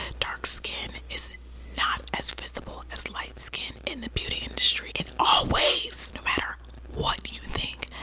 ah dark skin is not as visible as light skin in the beauty industry, and always, no matter what you think,